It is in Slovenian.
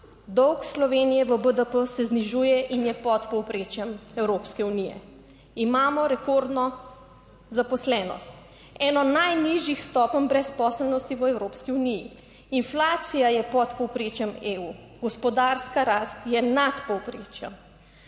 Dolg Slovenije v BDP se znižuje in je pod povprečjem Evropske unije. Imamo rekordno zaposlenost. Eno najnižjih stopenj brezposelnosti v Evropski uniji. Inflacija je pod povprečjem EU, gospodarska rast je nad povprečjem.